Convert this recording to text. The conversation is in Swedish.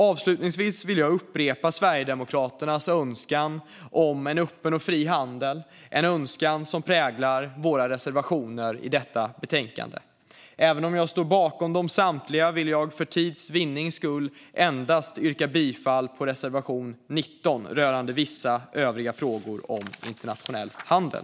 Avslutningsvis vill jag upprepa Sverigedemokraternas önskan om en öppen och fri handel, en önskan som präglar våra reservationer i detta betänkande. Även om jag står bakom samtliga vill jag för tids vinnande endast yrka bifall till reservation 19 rörande vissa övriga frågor om internationell handel.